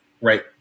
Right